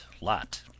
lot